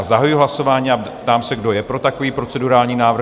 Zahajuji hlasování a ptám se, kdo je pro takový procedurální návrh?